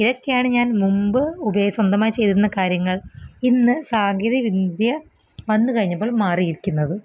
ഇതക്കെയാണ് ഞാൻ മുമ്പ് ഉപയോഗം സ്വന്തമായി ചെയ്തിരുന്ന കാര്യങ്ങൾ ഇന്ന് സാങ്കേതിക വിദ്യ വന്നു കഴിഞ്ഞപ്പോൾ മാറീരിക്കുന്നത്